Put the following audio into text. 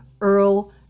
Earl